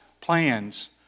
plans